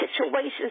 situations